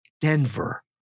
Denver